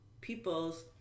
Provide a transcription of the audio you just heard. peoples